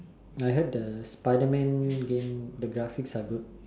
I heard the Spiderman game the graphics are good